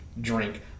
drink